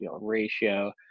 ratio